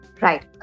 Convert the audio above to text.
Right